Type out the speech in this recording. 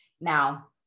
Now